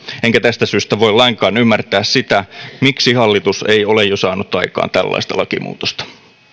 enkä tästä syystä voi lainkaan ymmärtää sitä miksi hallitus ei ole jo saanut aikaan tällaista lakimuutosta